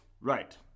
Right